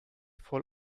voll